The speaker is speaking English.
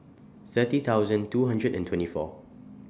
thirty thousand two hundred and twenty four